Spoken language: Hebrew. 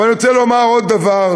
אבל אני רוצה לומר עוד דבר,